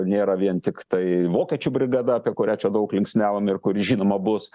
nėra vien tiktai vokiečių brigada apie kurią čia daug linksniavom ir kuri žinoma bus